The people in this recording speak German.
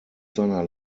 seiner